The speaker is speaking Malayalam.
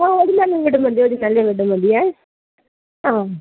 മതിയേ